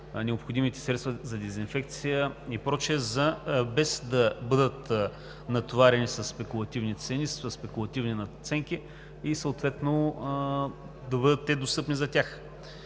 необходимите средства за дезинфекция и прочее, без да бъдат натоварени със спекулативни цени, със спекулативни надценки и те съответно да бъдат достъпни за тях.